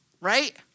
right